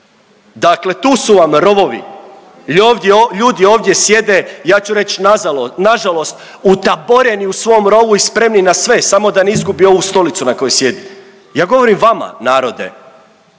Dakle, tu su vam rovovi i ovdje, ljudi ovdje sjede ja ću reći nažalost utaboreni u svom rovu i spremni na sve samo da ne izgubi ovu stolicu na kojoj sjedi. Ja govorim vama narode.